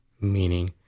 meaning